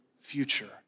future